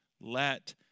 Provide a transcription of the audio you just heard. let